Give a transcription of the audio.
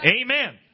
Amen